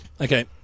Okay